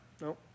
No